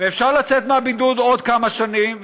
ואפשר לצאת מהבידוד עוד כמה שנים,